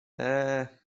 eee